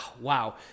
Wow